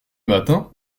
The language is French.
matin